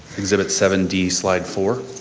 exhibit seven d, slide four.